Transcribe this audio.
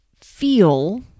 feel